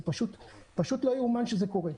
זה פשוט לא יאומן שזה קורה.